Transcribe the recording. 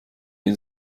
این